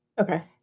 Okay